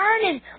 Turning